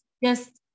Yes